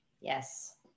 Yes